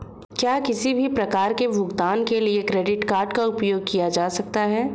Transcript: क्या किसी भी प्रकार के भुगतान के लिए क्रेडिट कार्ड का उपयोग किया जा सकता है?